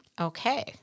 Okay